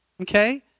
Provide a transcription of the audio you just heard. Okay